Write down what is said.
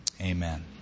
amen